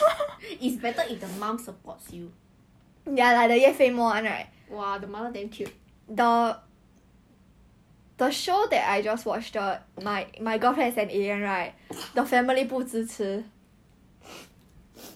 okay what but you will really not regret watching my girlfriend is an alien but love O two O 的男主角跟女主角都不好看 no 我的我的 err 泰国人那个男人比较帅